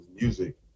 music